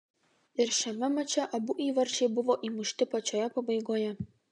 ir šiame mače abu įvarčiai buvo įmušti pačioje pabaigoje